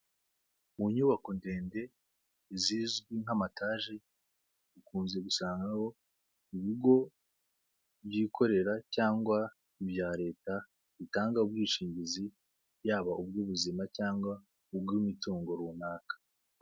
Mu nyubako ndende zizwi nk'amataje ukunze gusangaho ibigo byikorera cyangwa ibya leta bitanga ubwishingizi, yaba ubw'ubuzima cyangwa ubw'imitungo runaka.